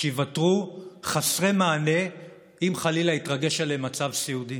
שייוותרו חסרי מענה אם חלילה יתרגש עליהם מצב סיעודי.